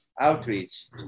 outreach